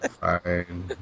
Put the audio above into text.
Fine